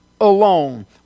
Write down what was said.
alone